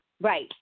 Right